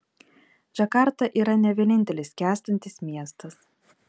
džakarta yra ne vienintelis skęstantis miestas